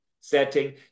setting